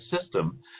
system